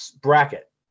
bracket